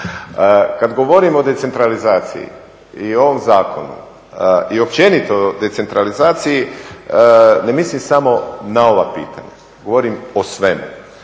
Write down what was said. Kada govorim o decentralizaciji i o ovom zakonu i općenito o decentralizaciji ne mislim samo na ova pitanja, govorim o svemu.